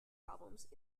problems